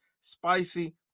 Spicy